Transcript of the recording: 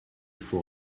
faut